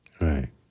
Right